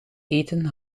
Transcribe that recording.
eten